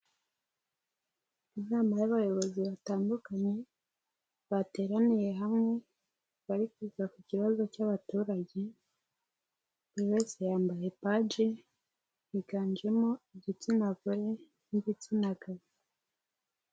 Inama y'abayobozi batandukanye, bateraniye hamwe, bari kwita ku kibazo cy'abaturage, buri wese yambaye baji, higanjemo igitsina gore n'igitsina gabo.